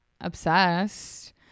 obsessed